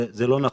זה לא נכון,